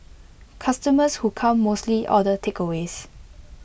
customers who come mostly order takeaways